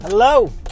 Hello